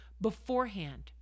beforehand